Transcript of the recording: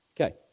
Okay